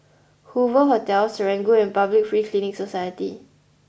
Hoover Hotel Serangoon and Public Free Clinic Society